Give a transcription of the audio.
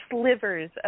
slivers